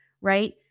right